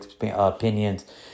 opinions